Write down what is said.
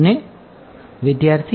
અને વિદ્યાર્થી